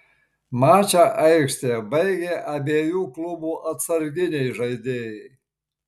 mačą aikštėje baigė abiejų klubų atsarginiai žaidėjai